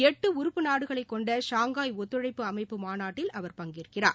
எட்டு உறுப்பு நாடுகளை கொண்ட ஷாங்காய் ஒத்துழைப்பு அமைப்பு மாநாட்டில் அவர் பங்கேற்கிறார்